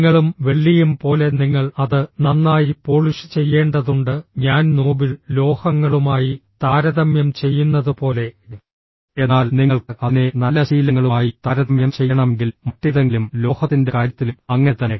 നിങ്ങളും വെള്ളിയും പോലെ നിങ്ങൾ അത് നന്നായി പോളിഷ് ചെയ്യേണ്ടതുണ്ട് ഞാൻ നോബിൾ ലോഹങ്ങളുമായി താരതമ്യം ചെയ്യുന്നതുപോലെ എന്നാൽ നിങ്ങൾക്ക് അതിനെ നല്ല ശീലങ്ങളുമായി താരതമ്യം ചെയ്യണമെങ്കിൽ മറ്റേതെങ്കിലും ലോഹത്തിന്റെ കാര്യത്തിലും അങ്ങനെ തന്നെ